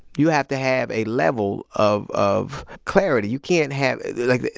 you have to have a level of of clarity. you can't have like,